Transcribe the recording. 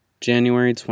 January